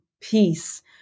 peace